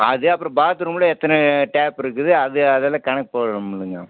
அது அப்புறம் பாத்ரூமில் எத்தனை டேப் இருக்குது அது அதெல்லாம் கணக்கு போடணும்லங்க